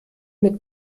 mit